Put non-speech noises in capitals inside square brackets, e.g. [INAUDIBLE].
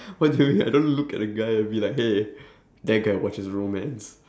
[LAUGHS] what do you mean I don't look at the guy and be like hey [BREATH] that guy watches romance